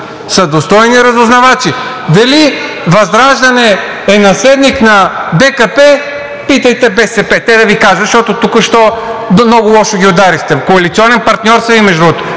са достойни разузнавачи. Дали ВЪЗРАЖДАНЕ е наследник на БКП, питайте БСП, те да Ви кажат, защото току-що много лошо ги ударихте. Коалиционен партньор са Ви, между